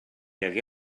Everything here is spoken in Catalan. hagué